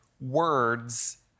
words